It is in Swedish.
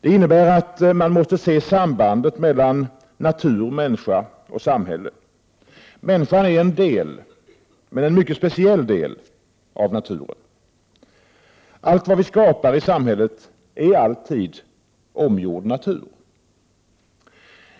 Det innebär att man måste se sambandet mellan natur, människa och samhälle. Människan är en del — men en mycket speciell del — av naturen. Allt vad vi skapar i samhället är alltid omgjord natur.